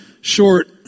short